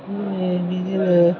बिदिनो